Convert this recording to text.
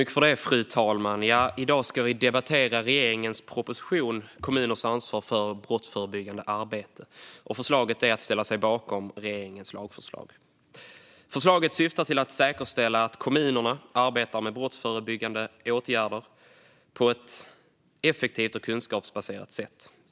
Fru talman! I dag ska vi debattera regeringens proposition Kommuners ansvar för brottsförebyggande arbete . Förslaget är att ställa sig bakom regeringens lagförslag. Förslaget syftar till att säkerställa att kommunerna arbetar med brottsförebyggande åtgärder på ett effektivt och kunskapsbaserat sätt.